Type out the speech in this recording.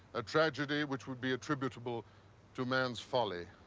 a tragedy which would be attributable to man's folly,